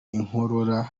inkorora